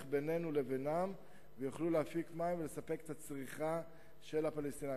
בינינו לבינם ויוכלו להפיק מים ולספק את הצריכה של הפלסטינים.